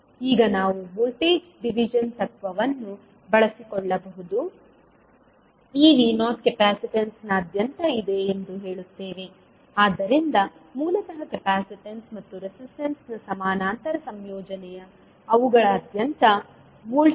ಈಗ ನಾವು voltage division ತತ್ವವನ್ನು ಬಳಸಿಕೊಳ್ಳಬಹುದು ಈ V0 ಕೆಪಾಸಿಟನ್ಸ್ನಾದ್ಯಂತ ಇದೆ ಎಂದು ಹೇಳುತ್ತದೆ ಆದ್ದರಿಂದ ಮೂಲತಃ ಕೆಪಾಸಿಟನ್ಸ್ ಮತ್ತು ರೆಸಿಸ್ಟೆನ್ಸ್ನ ಸಮಾನಾಂತರ ಸಂಯೋಜನೆಯು ಅವುಗಳಾದ್ಯಂತ ವೋಲ್ಟೇಜ್ V0 ಅನ್ನು ಹೊಂದಿರುತ್ತದೆ